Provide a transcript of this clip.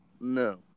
No